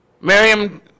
Miriam